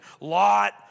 Lot